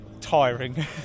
Tiring